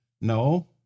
No